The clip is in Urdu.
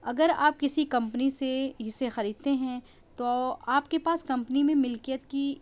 اگر آپ کسی کمپنی سے حصے خریدتے ہیں تو آپ کے پاس کمپنی میں ملکیت کی